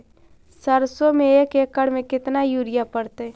सरसों में एक एकड़ मे केतना युरिया पड़तै?